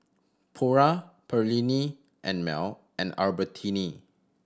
Pura Perllini and Mel and Albertini